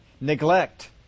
Neglect